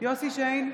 יוסף שיין,